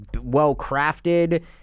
well-crafted